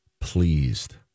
pleased